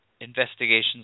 investigations